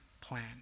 plan